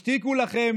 השתיקו לכן